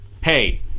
hey